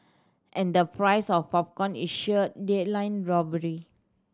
and the price of popcorn is sheer daylight robbery